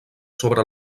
sobre